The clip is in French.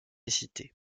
cités